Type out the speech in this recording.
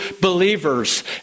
believers